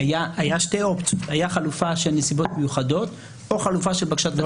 היו שתי אופציות: חלופה של נסיבות מיוחדות או חלופה של בקשת הצדדים.